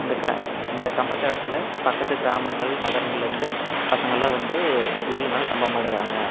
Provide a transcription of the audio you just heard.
இந்த க இந்த கம்பத்தாட்டத்தில் பக்கத்து கிராமங்கள் நகரங்கள்லருந்து பசங்கள்லாம் வந்து ஏழு நாள் கம்பம் ஆடுவாங்க